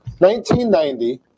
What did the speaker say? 1990